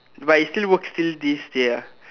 but it still works till this day ah